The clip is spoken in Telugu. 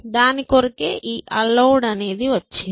దాని కొరకే ఈ అలోవెడ్ అనేది వచ్చింది